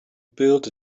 build